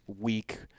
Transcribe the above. week